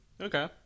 Okay